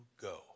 go